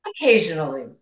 Occasionally